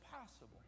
possible